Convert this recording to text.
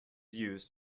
used